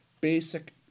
basic